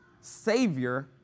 savior